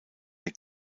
der